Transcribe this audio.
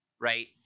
right